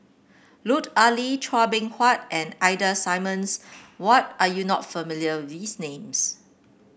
Lut Ali Chua Beng Huat and Ida Simmons what are you not familiar these names